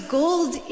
gold